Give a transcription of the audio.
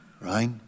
Right